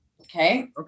Okay